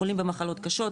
חולים במחלות קשות,